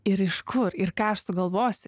ir iš kur ir ką aš sugalvosiu